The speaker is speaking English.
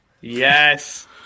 Yes